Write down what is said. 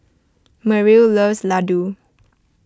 Merrill loves Ladoo